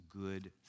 good